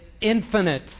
infinite